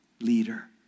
leader